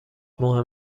مهم